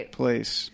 place